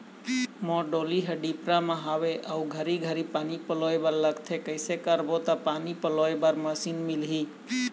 मोर डोली हर डिपरा म हावे अऊ घरी घरी पानी पलोए बर लगथे कैसे करबो त पानी पलोए बर मशीन मिलही?